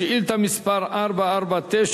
שאילתא מס' 449,